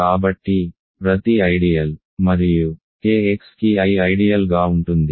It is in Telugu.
కాబట్టి ప్రతి ఐడియల్ మరియు K x కి I ఐడియల్ గా ఉంటుంది